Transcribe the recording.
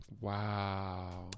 Wow